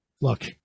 look